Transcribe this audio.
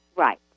right